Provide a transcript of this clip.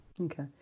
okay